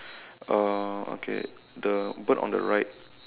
uh okay the bird on the right